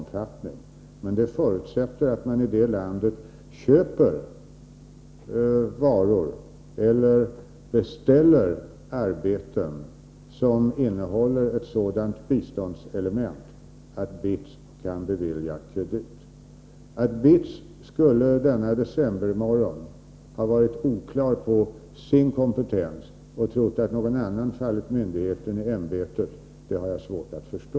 En förutsättning för en sådan kredit är att man i det aktuella landet köper varor eller beställer arbeten som innehåller ett sådant biståndselement att BITS kan bevilja kredit. Att BITS denna decembermorgon skulle ha varit oklar över sin kompetens och trott att någon annan fallit myndigheten i ämbetet har jag svårt att förstå.